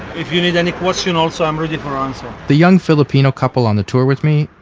if you need any question also, i am ready for answer the young filipino couple on the tour with me,